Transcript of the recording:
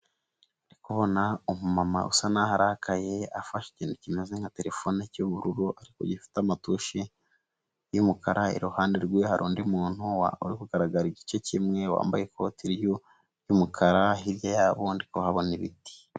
Ndikubona umumama usa n'urakaye afashe ikintu kimeze nka terefone cy'ubururu ariko gifite amatushi y'umukara, iruhande rwe hari undi muntu uri kugaragara igice kimwe wambaye ikoti ry'umukara, hirya yabo ndi kohabona ibiti.